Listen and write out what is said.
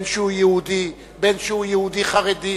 בין שהוא יהודי, בין שהוא יהודי חרדי.